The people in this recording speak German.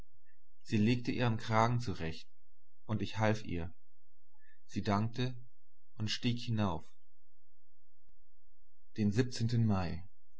sie legte ihren kragen zurecht und ich half ihr sie dankte und stieg hinauf den